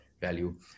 value